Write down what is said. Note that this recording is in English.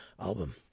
album